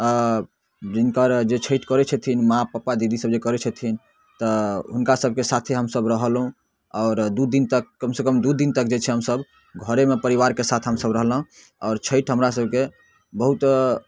जिनकर जे छठि करै छथिन माँ पप्पा दीदी सब जे करै छथिन तऽ हुनका सबके साथे हमसब रहलहुॅं आओर दू दिन तक कम से कम दू दिन तक जे छै हमसब घरेमे परिवारके साथ हमसब रहलहुॅं आओर छठि हमरासबके बहुत